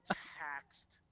taxed